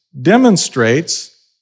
demonstrates